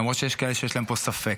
למרות שיש כאלה שיש להם פה ספק: